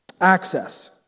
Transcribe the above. access